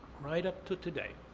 right up to today,